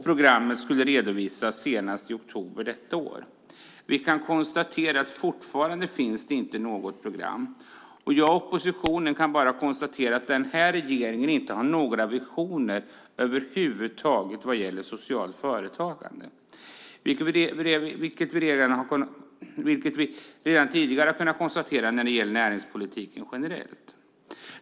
Programmet skulle redovisas senast i oktober detta år. Vi kan konstatera att det fortfarande inte finns något program. Jag och oppositionen kan bara konstatera att denna regering inte har några visioner över huvud taget vad gäller socialt företagande, vilket vi redan tidigare har kunnat konstatera när det gäller näringspolitiken generellt.